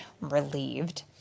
relieved